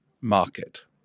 market